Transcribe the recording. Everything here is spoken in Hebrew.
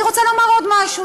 אני רוצה לומר עוד משהו.